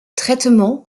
traitement